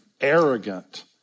arrogant